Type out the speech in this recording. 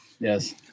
yes